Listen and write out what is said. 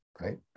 right